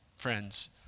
friends